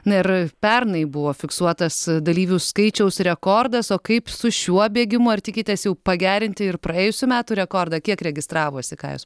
na ir pernai buvo fiksuotas dalyvių skaičiaus rekordas o kaip su šiuo bėgimu ar tikitės jau pagerinti ir praėjusių metų rekordą kiek registravosi ką jūs